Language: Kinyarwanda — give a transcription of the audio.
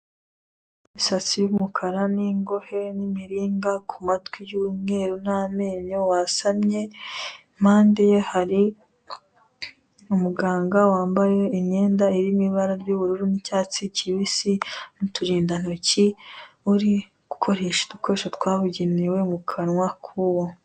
Imisatsi y'umukara n'ingohe n'imiringa ku matwi y'umweru n'amenyo wasamye. impande ye hari umuganga wambaye imyenda irimo ibara ry'ubururu n'icyatsi kibisi n'uturindantoki uri gukoresha ibikoresho twabugenewe mu kanwa k'uwo.